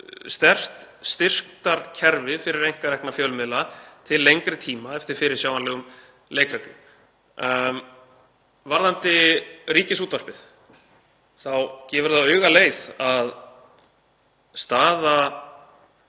styrktarkerfi fyrir einkarekna fjölmiðla til lengri tíma eftir fyrirsjáanlegum leikreglum. Varðandi Ríkisútvarpið þá gefur það augaleið að staða